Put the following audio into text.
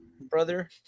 brother